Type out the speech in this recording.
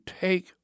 take